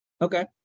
Okay